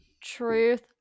Truth